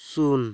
ᱥᱩᱱ